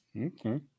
Okay